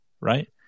right